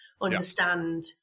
understand